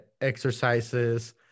exercises